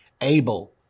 Abel